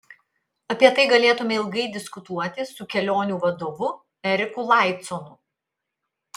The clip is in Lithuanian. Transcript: apie tai galėtume ilgai diskutuoti su kelionių vadovu eriku laiconu